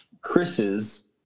Chris's